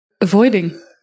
Avoiding